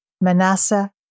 Manasseh